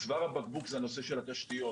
צוואר הבקבוק הוא עניין התשתיות.